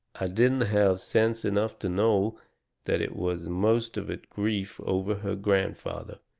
i didn't have sense enough to know that it was most of it grief over her grandfather,